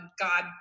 God